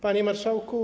Panie Marszałku!